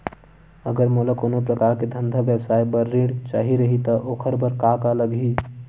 अगर मोला कोनो प्रकार के धंधा व्यवसाय पर ऋण चाही रहि त ओखर बर का का लगही?